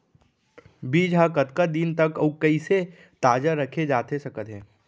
बीज ह कतका दिन तक अऊ कइसे ताजा रखे जाथे सकत हे?